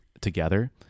together